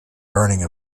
burning